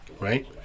right